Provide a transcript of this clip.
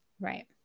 right